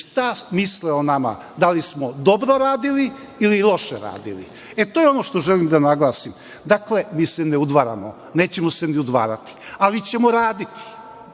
šta misle o nama, da li smo dobro radili ili loše radili.E, to je ono što želim da naglasim. Dakle, mi se ne udvaramo, nećemo se ni udvarati, ali ćemo raditi.